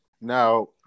Now